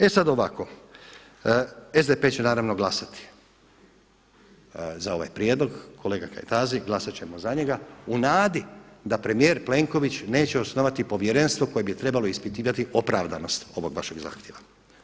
E sada ovako, SDP će naravno glasati za ovaj prijedlog, kolega Kajtazi glasati ćemo za njega, u nadi da premijer Plenković neće osnovati povjerenstvo koje bi trebalo ispitivati opravdanost ovog vašeg zahtjeva.